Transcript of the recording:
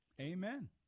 Amen